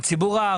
שהיה